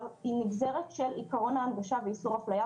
היא נגזרת של עיקרון ההנגשה ואיסור אפליה,